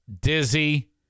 dizzy